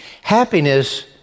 Happiness